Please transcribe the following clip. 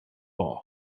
awe